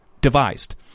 devised